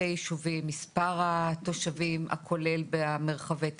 הישובים ומספר התושבים הכולל במרחבי התכנון.